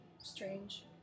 strange